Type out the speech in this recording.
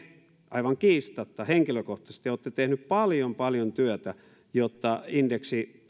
aivan kiistatta henkilökohtaisesti olette tehnyt paljon paljon työtä jotta indeksi